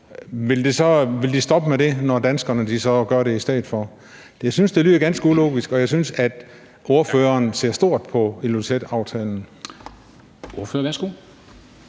vil de så stoppe med det, når danskerne gør det i stedet for? Jeg synes, det lyder ganske ulogisk, og jeg synes, at ordføreren ser stort på Ilulissataftalen. Kl.